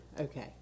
okay